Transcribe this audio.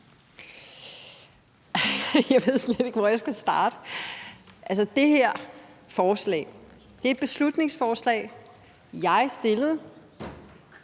Jeg ved simpelt hen ikke, hvor jeg skal starte. Altså, det her forslag er et beslutningsforslag, jeg fremsatte,